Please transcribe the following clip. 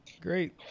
great